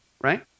right